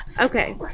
Okay